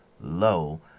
low